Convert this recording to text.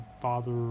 father